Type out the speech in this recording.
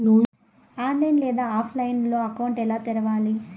online లేదా ఆఫ్లైన్లో account ఎలా తెరవాలి